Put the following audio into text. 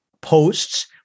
posts